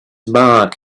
mark